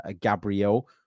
Gabriel